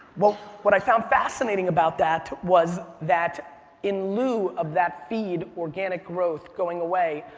what what i found fascinating about that was that in lieu of that feed, organic growth going away,